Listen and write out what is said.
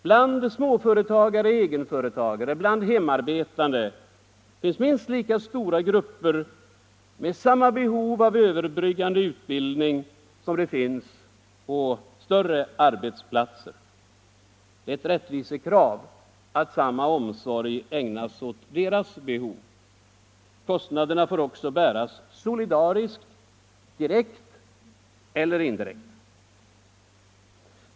Bland småföretagare och egenföretagare och bland hemarbetande finns minst lika stora grupper med .samma behov av överbryggande utbildning som på större arbetsplatser. Det är ett rättvisekrav att samma omsorg ägnas deras behov. Kostnaderna får också bäras solidariskt — direkt eller indirekt.